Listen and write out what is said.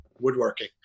woodworking